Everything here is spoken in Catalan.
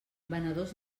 venedors